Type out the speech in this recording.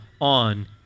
on